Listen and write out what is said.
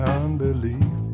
unbelief